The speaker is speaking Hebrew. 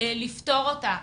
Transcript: לפתור אותה.